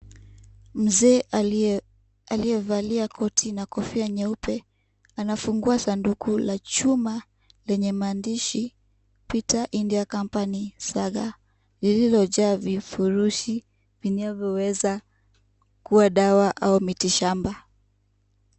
Mzee aliyevalia koti na kofia nyeupe, anafungua sanduku la chuma lenye maandishi peter India company saga lilojaa vifurushi vinavyoweza kuwa dawa au miti shamba.